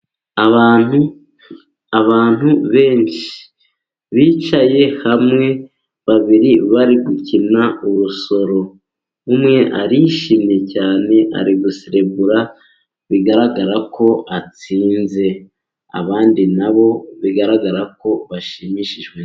Abantu benshi bicaye hamwe , babiri bari gukina urusoro . Umwe arishimye cyane ari guserebura bigaragara ko atsinze , abandi nabo bigaragara ko bashimishijwe.